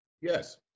Yes